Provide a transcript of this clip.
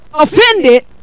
offended